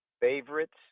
Favorites